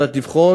על מנת לבחון.